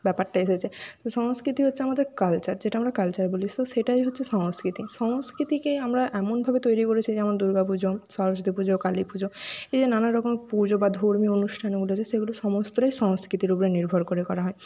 ব্যাপারটা এসেছে তো সংস্কৃতি হচ্ছে আমাদের কালচার যেটা আমাদের কালচার বলি শুধু সেটাই হচ্ছে সংস্কৃতি সংস্কৃতিকে আমরা এমন ভাবে তৈরি করেছি যেমন দুর্গা পুজো সরস্বতী পুজো কালী পুজো এই যে নানান রকম পুজো বা ধর্মীয় অনুষ্ঠানগুলি আছে সেগুলো সমস্তটাই সংস্কৃতির উপর নির্ভর করে করা হয়